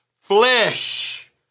flesh